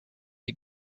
you